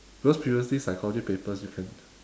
because previously psychology papers you can